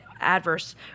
adverse